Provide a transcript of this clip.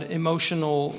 emotional